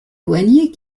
douaniers